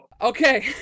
Okay